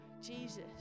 Jesus